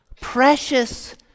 precious